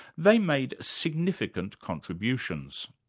they made significant contributions.